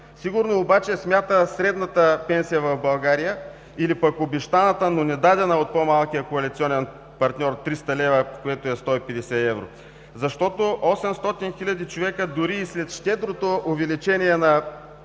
Сигурно обаче смята средната пенсия в България или пък обещаната, но недадена от по-малкия коалиционен партньор 300 лв., което е 150 евро, защото 800 хиляди човека дори и сред щедрото увеличение на